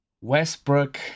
Westbrook